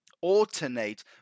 alternate